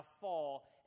fall